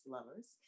Lovers